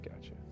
Gotcha